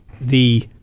the-